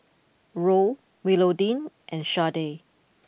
Roll Willodean and Sharday